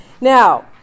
now